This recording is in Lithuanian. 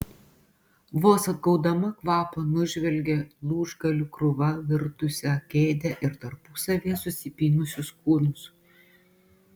vos atgaudama kvapą nužvelgė lūžgalių krūva virtusią kėdę ir tarpusavyje susipynusius kūnus